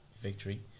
victory